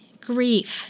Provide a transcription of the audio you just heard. grief